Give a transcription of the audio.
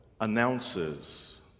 announces